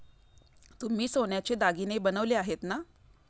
तुम्ही सोन्याचे दागिने बनवले आहेत ना?